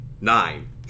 Nine